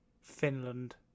Finland